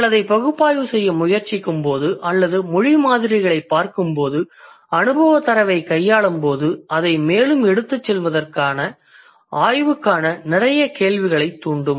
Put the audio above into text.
நீங்கள் அதை பகுப்பாய்வு செய்ய முயற்சிக்கும்போது அல்லது மொழி மாதிரிகளைப் பார்க்கும்போது அனுபவத் தரவை கைக்கொள்ளும்போது அதை மேலும் எடுத்துச் செல்லவதற்கான ஆய்வுக்கான நிறைய கேள்விகளைத் தூண்டும்